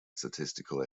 statistical